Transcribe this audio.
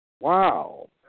Wow